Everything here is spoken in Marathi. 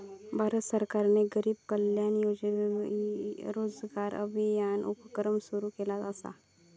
भारत सरकारने गरीब कल्याण रोजगार अभियान उपक्रम सुरू केला असा